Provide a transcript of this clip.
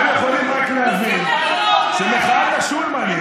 אתם יכולים רק להבין שמחאת השולמנים,